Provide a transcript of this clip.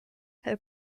her